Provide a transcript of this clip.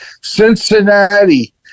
Cincinnati